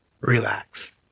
Relax